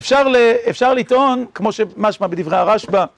אפשר לטעון, כמו שמשמע בדברי הרשב"א...